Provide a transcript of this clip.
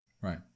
Right